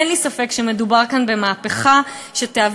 אין לי ספק שמדובר כאן במהפכה שתהווה